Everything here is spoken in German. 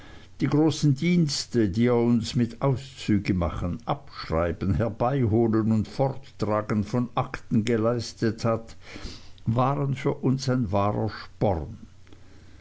die großen dienste die er uns mit auszügemachen abschreiben herbeiholen und forttragen von akten geleistet hat waren für uns ein wahrer sporn